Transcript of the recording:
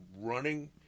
running